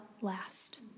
last